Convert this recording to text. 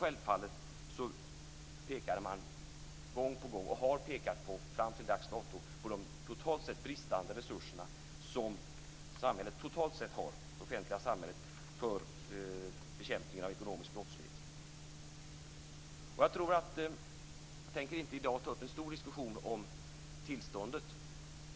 Självfallet pekade man gång på gång på och har fram till dags dato fortsatt att peka på de bristande resurser som det offentliga samhället totalt sett har för bekämpningen av ekonomisk brottslighet. Jag tänker inte i dag ta upp en stor diskussion om tillståndet.